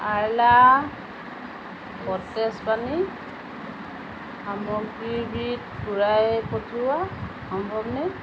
Arla সতেজ পনীৰ সামগ্ৰীবিধ ঘূৰাই পঠিওৱা সম্ভৱনে